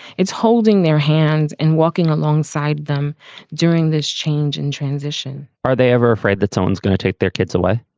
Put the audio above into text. it's holding their hands and walking alongside them during this change and transition are they ever afraid that someone's going to take their kids away?